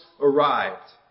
arrived